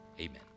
amen